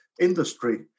industry